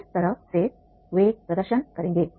इस तरह से वे प्रदर्शन करेंगे